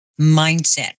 mindset